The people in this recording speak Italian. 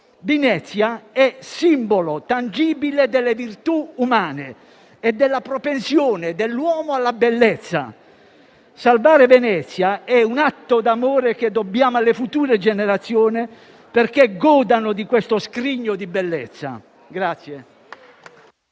Venezia è simbolo tangibile delle virtù umane e della propensione dell'uomo alla bellezza. Salvare Venezia è un atto d'amore che dobbiamo alle future generazioni, perché godano di questo scrigno di bellezza.